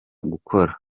gukora